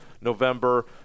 November